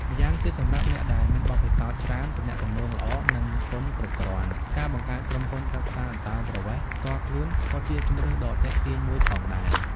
ម្យ៉ាងទៀត សម្រាប់អ្នកដែលមានបទពិសោធន៍ច្រើន ទំនាក់ទំនងល្អ និងទុនគ្រប់គ្រាន់ ការបង្កើតក្រុមហ៊ុនប្រឹក្សាអន្តោប្រវេសន៍ផ្ទាល់ខ្លួនក៏ជាជម្រើសដ៏ទាក់ទាញមួយផងដែរ។